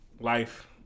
Life